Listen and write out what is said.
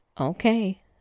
okay